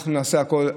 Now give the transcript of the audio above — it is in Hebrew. אנחנו נעשה הכול.